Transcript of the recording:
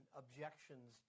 objections